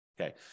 Okay